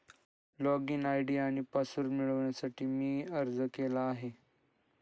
login ID आणि password मिळवण्यासाठी मी अर्ज केला आहे